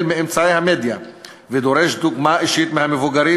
מאמצעי המדיה ודורש דוגמה אישית מהמבוגרים,